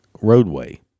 roadway